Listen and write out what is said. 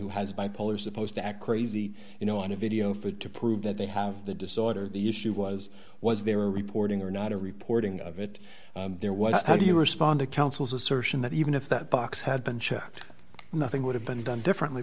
who has bipolar supposed to act crazy you know on a video for it to prove that they have the disorder the issue was was there reporting or not a reporting of it there was how do you respond to counsel's assertion that even if that box had been checked nothing would have been done differently